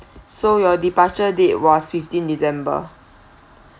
so your departure date was fifteen december